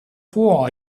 può